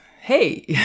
hey